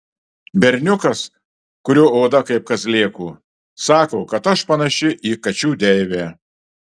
berniukas kurio oda kaip kazlėko sako kad aš panaši į kačių deivę